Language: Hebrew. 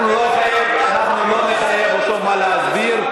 אנחנו לא נחייב אותו מה להסביר.